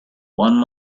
one